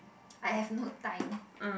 I have no time